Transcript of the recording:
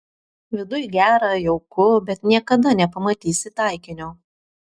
viduj gera jauku bet niekada nepamatysi taikinio